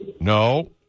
No